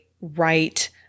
right